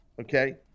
okay